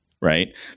right